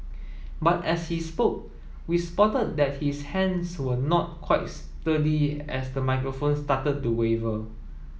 but as he spoke we spotted that his hands were not quite sturdy as the microphone started to waver